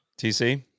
TC